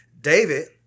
David